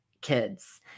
kids